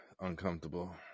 uncomfortable